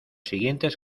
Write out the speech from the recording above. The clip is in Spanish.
siguientes